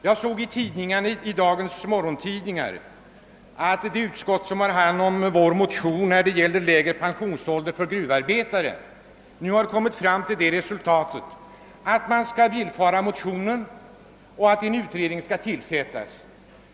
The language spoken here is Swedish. Jag såg i dagens morgontidningar att det utskott som behandlar vår motion om lägre pensionsålder för gruvarbetarna nu har beslutat villfara motionens begäran och tillsätta en utredning.